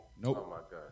Nope